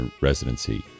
residency